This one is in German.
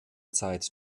zeit